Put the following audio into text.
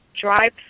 drive